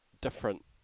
different